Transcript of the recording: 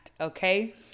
okay